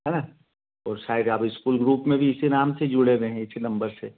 है न तो शायद आप स्कूल ग्रुप में भी इसी नाम से जुड़े रहें इसी नंबर से